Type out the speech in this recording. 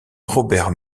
robert